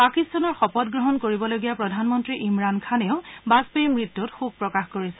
পাকিস্তানৰ শপতগ্ৰহণ কৰিবলগীয়া প্ৰধানমন্ত্ৰী ইমৰাণ খানেও বাজপেয়ীৰ মৃত্যুত শোক প্ৰকাশ কৰিছে